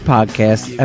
Podcast